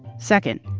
second,